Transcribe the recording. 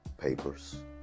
papers